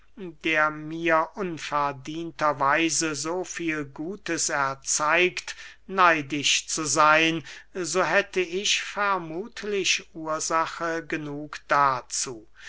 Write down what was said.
der mir unverdienter weise so viel gutes erzeigt neidisch zu seyn so hätte ich vermuthlich ursache genug dazu